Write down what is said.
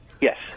Yes